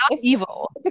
evil